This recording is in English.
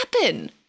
happen